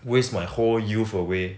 waste my whole youth away